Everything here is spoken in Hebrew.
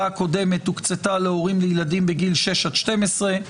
הקודמת הוקצתה להורים לילדים בגיל שש עד 12,